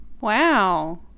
wow